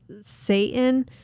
Satan